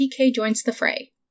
TKJoinsTheFray